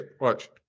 watch